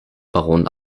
baron